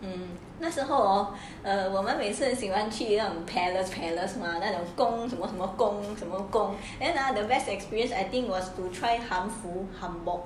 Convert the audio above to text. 嗯那时候我们每次喜欢去那种 palace palace mah 那种宫什么什么宫什么 then are the best experience I think was to try 汉服 handbook